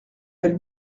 elle